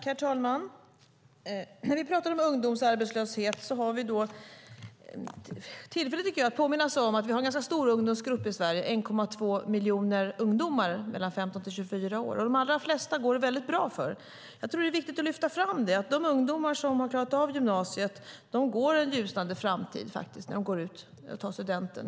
Herr talman! När vi talar om ungdomsarbetslöshet är det tillfälle att påminna oss om att vi har en ganska stor ungdomsgrupp i Sverige, 1,2 miljoner ungdomar mellan 15 och 24 år, och de allra flesta går det väldigt bra för. Det är viktigt att lyfta fram att de ungdomar som har klarat gymnasiet går mot en ljusnande framtid när de nu tar studenten.